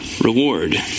reward